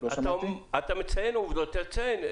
אתה מציין עובדות, תציין.